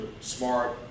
smart